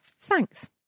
Thanks